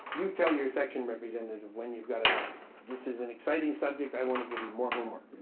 you tell your section representative when you've got enough. this is an exciting subject. i want to give you more homework.